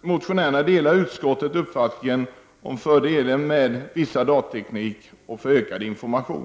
motionärerna delar utskottet uppfattningen om fördelen med viss datateknik för ökad information.